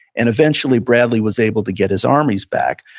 and eventually bradley was able to get his armies back.